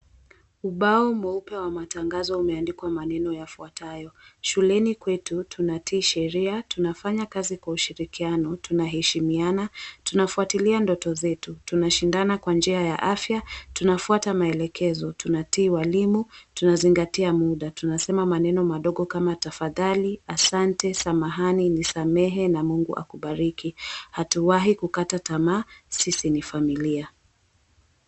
Ubao mweupe wa matangazo umeandikwa maneno yafuatayo, Shuleni kwetu tunatii sheria, tunafanya kazi kwa ushirikiano, tunaheshimiana, tunafuatilia ndoto zetu, tunashindana kwa nji aya afya, tunafuata maelekezo tunatii walimu, tunazingatia muda, tunasema maneno madogo kama tafadhali, ahsante, samahani, nisamehe na Mungu akubariki, hatuwahi kukata tamaa sisi ni familia.